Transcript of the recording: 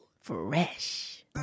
Fresh